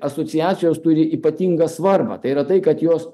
asociacijos turi ypatingą svarbą tai yra tai kad jos